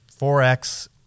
4x